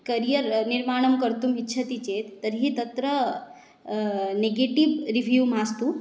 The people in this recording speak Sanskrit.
करियर् निर्माणं कर्तुम् इच्छति चेत् तर्हि तत्र निगेटिव् रिव्यु मास्तु